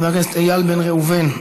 חבר הכנסת איל בן ראובן,